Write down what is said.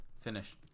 Finish